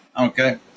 Okay